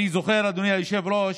אני זוכר, אדוני היושב-ראש,